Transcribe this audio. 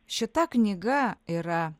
šita knyga yra